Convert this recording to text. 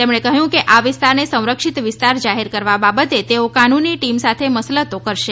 તેમણે કહ્યું કે આ વિસ્તારને સંરક્ષિત વિસ્તાર જાહેર કરવા બાબતે તેઓ કાનૂની ટીમ સાથે મસલતો કરશે